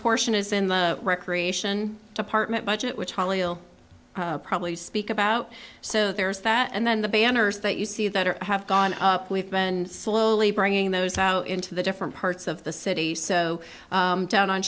portion is in the recreation department budget which probably ill probably speak about so there's that and then the banners that you see that are have gone up we've been slowly bringing those out into the different parts of the city so down on